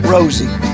Rosie